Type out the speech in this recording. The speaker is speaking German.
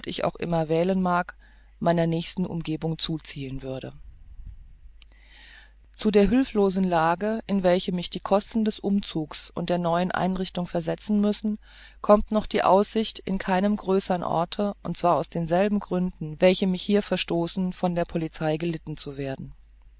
ich auch wählen mag meiner nächsten umgebung zuziehen würde zu der hülflosen lage in welche mich die kosten des umzugs und der neuen einrichtung versetzen müssen kommt noch die aussicht in keinem größern orte und zwar aus denselben gründen welche mich hier verstoßen von der polizei gelitten zu werden